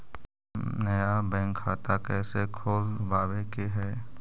हम नया बैंक खाता कैसे खोलबाबे के है?